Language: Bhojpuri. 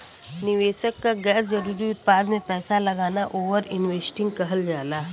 निवेशक क गैर जरुरी उत्पाद में पैसा लगाना ओवर इन्वेस्टिंग कहल जाला